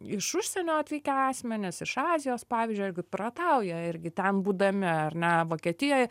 iš užsienio atvykę asmenys iš azijos pavyzdžiui irgi piratauja irgi ten būdami ar ne vokietijoj